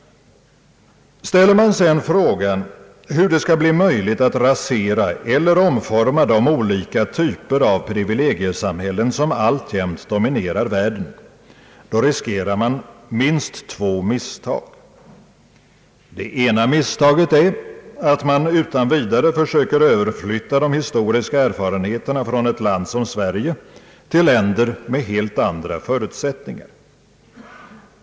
Ställer man sedan frågan hur det skall bli möjligt att rasera eller omforma de olika typer av privilegiesamhällen som alltjämt dominerar världen, riskerar man minst två misstag. Det ena är att man utan vidare försöker överflytta de historiska erfarenheterna från ett land som Sverige till länder med helt andra förutsättningar.